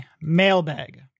mailbag